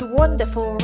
wonderful